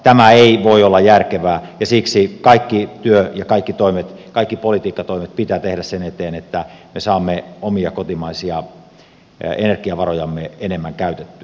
tämä ei voi olla järkevää ja siksi kaikki työ ja kaikki toimet kaikki politiikkatoimet pitää tehdä sen eteen että me saamme omia kotimaisia energiavarojamme enemmän käytettyä